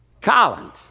Collins